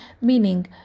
Meaning